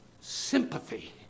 sympathy